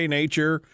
nature